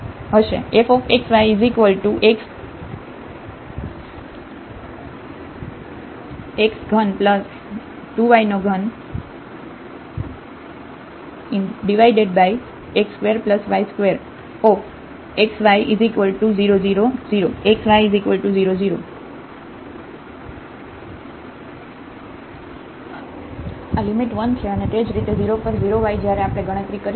તો આ 1 ની જેમ હશે fxyx32y3x2y2xy00 0xy00 તેથી આ લિમિટ 1 છે અને તે જ રીતે 0 પર 0yજ્યારે આપણે ગણતરી કરીએ છીએ